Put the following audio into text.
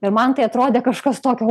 ir man tai atrodė kažkas tokio